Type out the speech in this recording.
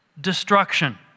destruction